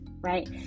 right